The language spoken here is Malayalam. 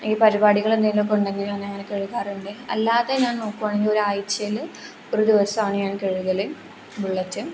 ഈ പരിപാടികൾ എന്തെങ്കിലും ഒക്കെ ഉണ്ടെങ്കിലാണ് ഞാൻ കഴുകാറുണ്ട് അല്ലാതെ ഞാൻ നോക്കുവാണെങ്കിൽ ഒരു ആഴ്ചയിൽ ഒരു ദിവസമാണ് ഞാൻ കഴുകൽ ബുള്ളറ്റ്